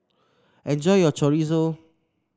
enjoy your Chorizo